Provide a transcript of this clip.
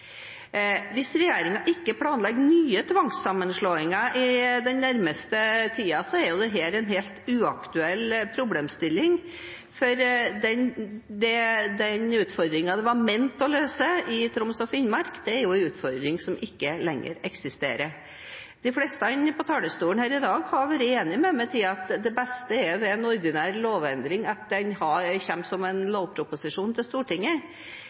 Hvis regjeringen ikke planlegger nye tvangssammenslåinger i den nærmeste tiden, er dette en helt uaktuell problemstilling, for den utfordringen den var ment å løse i Troms og Finnmark, er jo en utfordring som ikke lenger eksisterer. De fleste på talerstolen her i dag har vært enig med meg i at det beste ved en ordinær lovendring er at den kommer som en lovproposisjon til Stortinget.